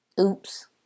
Oops